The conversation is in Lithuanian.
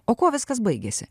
o kuo viskas baigėsi